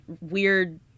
weird